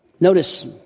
Notice